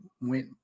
went